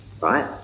right